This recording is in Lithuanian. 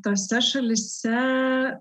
tose šalyse